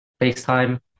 FaceTime